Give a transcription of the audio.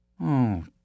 Oh